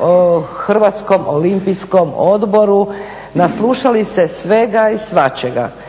o Hrvatskom olimpijskom odboru, naslušali se svega i svačega.